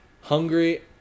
hungry